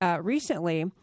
Recently